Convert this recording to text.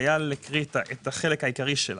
ואייל הקריא את החלק העיקרי שלה.